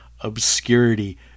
obscurity